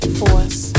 force